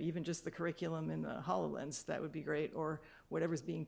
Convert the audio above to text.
even just the curriculum in holland's that would be great or whatever is being